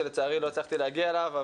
שלצערי לא הצלחתי להגיע אליו,